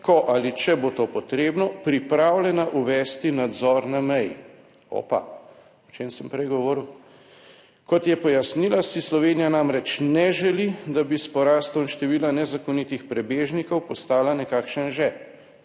ko ali če bo to potrebno, pripravljena uvesti nadzor na meji.« Opa, o čem sem prej govoril? »Kot je pojasnila, si Slovenija namreč ne želi, da bi s porastom števila nezakonitih prebežnikov postala nekakšen žep.«